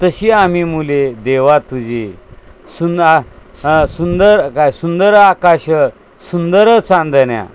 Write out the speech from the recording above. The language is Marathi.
तशी आम्ही मुले देवा तुझी सुंद सुंदर काय सुंदर आकाश सुंदर चांदण्या